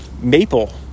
maple